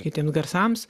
kitiems garsams